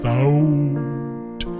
out